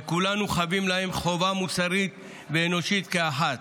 וכולנו חבים להם חובה מוסרית ואנושית כאחת,